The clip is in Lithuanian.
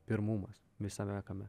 pirmumas visame kame